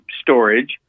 storage